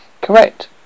Correct